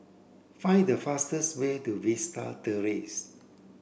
find the fastest way to Vista Terrace